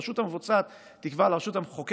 הרשות המבצעת תקבע לרשות המחוקקת,